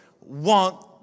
want